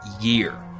year